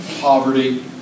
poverty